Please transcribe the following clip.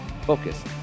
focus